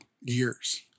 years